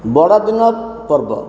ବଡ଼ଦିନ ପର୍ବ